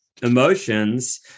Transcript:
emotions